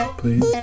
please